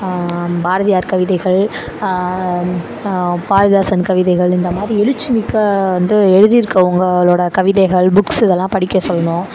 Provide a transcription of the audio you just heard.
பாரதியார் கவிதைகள் பாரதிதாசன் கவிதைகள் இந்த மாதிரி எழுச்சி மிக்க வந்து எழுதி இருக்கவங்களோட கவிதைகள் புக்ஸ் இதெல்லாம் படிக்க சொல்லணும்